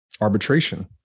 arbitration